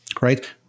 Right